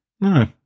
No